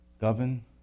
govern